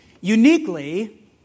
Uniquely